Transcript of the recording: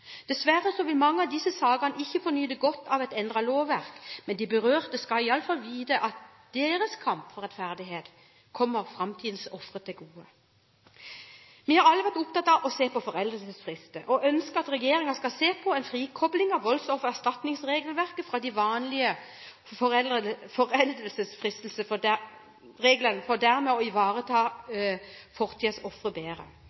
Dessverre vil mange av disse sakene ikke få nyte godt av et endret lovverk, men de berørte skal i alle fall vite at deres kamp for rettferdighet kommer framtidens ofre til gode. Vi har alle vært opptatt av å se på foreldelsesfristen, og ønsker at regjeringen skal se på en frikobling av voldsoffererstatningsregelverket fra de vanlige foreldelsesreglene for dermed å ivareta fortidens ofre bedre.